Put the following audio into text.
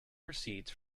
receipts